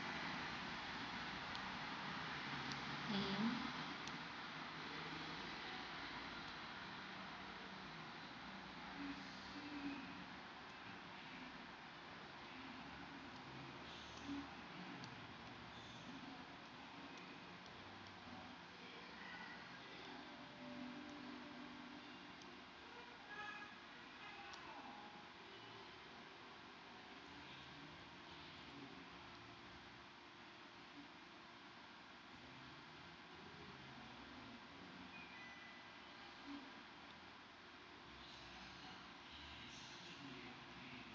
mmhmm